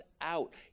out